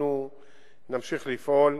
אנחנו נמשיך לפעול.